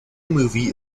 movie